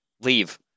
leave